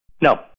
No